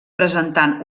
presentant